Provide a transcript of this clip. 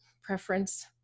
preference